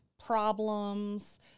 problems